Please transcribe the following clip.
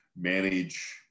manage